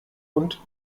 und